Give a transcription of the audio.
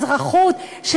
אזרחות,